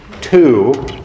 two